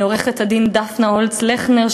לעורכת הדין דפנה הולץ-לכנר,